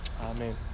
Amen